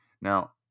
now